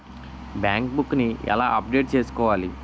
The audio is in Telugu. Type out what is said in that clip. బ్యాంక్ బుక్ నీ ఎలా అప్డేట్ చేసుకోవాలి?